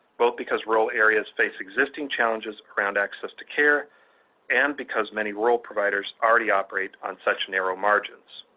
both because rural areas face existing challenges around access to care and because many rural providers already operate on such narrow margins.